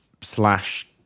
slash